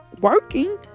working